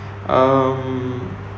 um